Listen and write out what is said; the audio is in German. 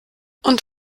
und